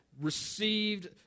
received